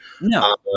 No